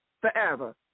Forever